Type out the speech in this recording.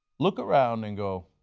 look around and go,